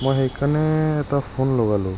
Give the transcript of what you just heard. মই সেইকাৰণে এটা ফোন লগালো